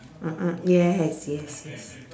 (uh huh) yes yes yes